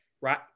right